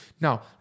now